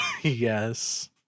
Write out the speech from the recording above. Yes